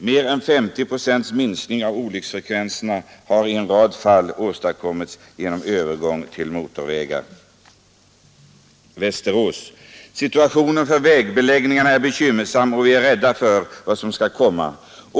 Mer än 50 procents minskning av olycksfrekvensen har i en rad fall åstadkommits genom övergång till motorväg.” ”Situationen för vägbeläggningarna är bekymmersam och vi är rädda för vad som kan komma.